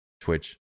Twitch